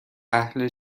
اهل